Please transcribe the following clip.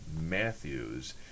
Matthews